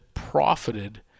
Profited